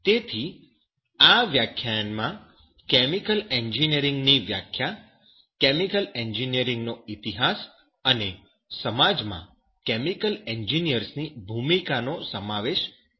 તેથી આ વ્યાખ્યાનમાં કેમિકલ એન્જિનિયરિંગ ની વ્યાખ્યા કેમિકલ એન્જિનિયરિંગનો ઈતિહાસ અને સમાજમાં કેમિકલ એન્જિનિયર્સ ની ભૂમિકાનો સમાવેશ થશે